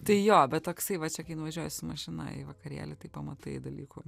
tai jo bet toksai va čia kai nuvažiuoji su mašina į vakarėlį tai pamatai dalykų